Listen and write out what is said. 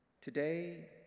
Today